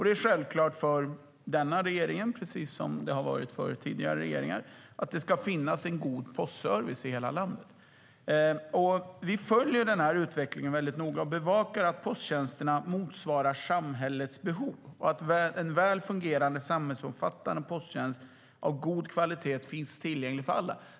Det är självklart för denna regering, precis som det har varit för tidigare regeringar, att det ska finnas en god postservice i hela landet. Vi följer utvecklingen väldigt noga och bevakar att posttjänsterna motsvarar samhällets behov och att en väl fungerande, samhällsomfattande posttjänst av god kvalitet finns tillgänglig för alla.